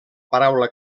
paraula